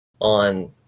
on